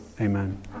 Amen